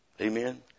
Amen